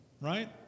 right